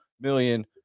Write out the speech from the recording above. million